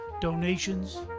donations